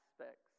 aspects